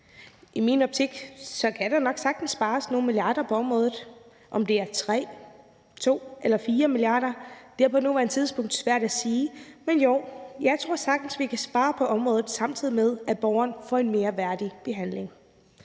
I min optik kan der sagtens spares nogle milliarder på området – om det er 2, 3 eller 4 mia. kr., er på nuværende tidspunkt svært at sige, men jo, jeg tror sagtens, vi kan spare på området, samtidig med at borgeren får en mere værdig behandling.